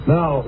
Now